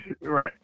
right